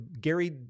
Gary